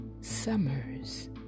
Summers